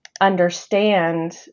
understand